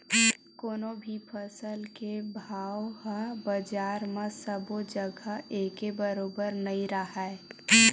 कोनो भी फसल के भाव ह बजार म सबो जघा एके बरोबर नइ राहय